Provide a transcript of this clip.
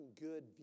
good